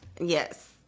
Yes